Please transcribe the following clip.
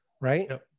right